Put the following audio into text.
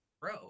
Bro